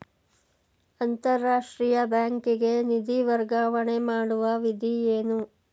ಅಂತಾರಾಷ್ಟ್ರೀಯ ಬ್ಯಾಂಕಿಗೆ ನಿಧಿ ವರ್ಗಾವಣೆ ಮಾಡುವ ವಿಧಿ ಏನು?